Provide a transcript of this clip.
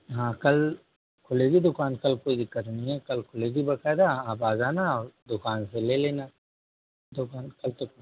हाँ कल खुलेगी दुकान कल कोई दिक्कत नहीं है कल खुलेगी बकायदा आप आ जाना दुकान से ले लेना दुकान कल कितने